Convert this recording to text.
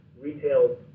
retail